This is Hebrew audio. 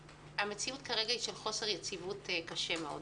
המציאות כרגע היא של חוסר יציבות קשה מאוד,